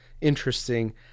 interesting